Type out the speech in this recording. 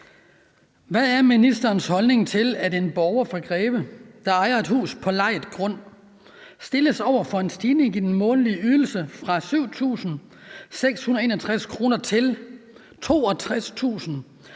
Hvad er ministerens holdning til, at en borger fra Greve, der ejer et hus på lejet grund, stilles over for en stigning i den månedlige husleje fra 7.661 kr. til 62.383 kr.,